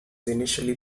initially